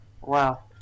wow